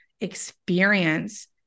experience